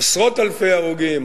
אלפי הרוגים,